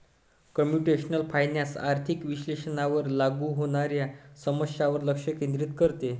computational finance आर्थिक विश्लेषणावर लागू होणाऱ्या समस्यांवर लक्ष केंद्रित करते